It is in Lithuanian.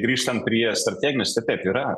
grįžtant prie strateginės tai taip yra